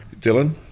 Dylan